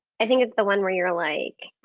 i think it's the one where you're like.